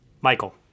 Michael